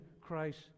Christ